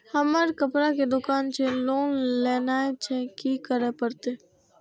हमर कपड़ा के दुकान छे लोन लेनाय छै की करे परतै?